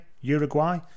Uruguay